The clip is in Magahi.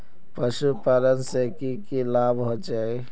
पशुपालन से की की लाभ होचे?